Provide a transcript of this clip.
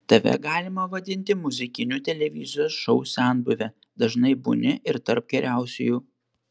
tave galima vadinti muzikinių televizijos šou senbuve dažnai būni ir tarp geriausiųjų